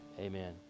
amen